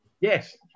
Yes